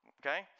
okay